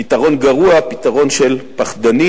פתרון גרוע, פתרון של פחדנים.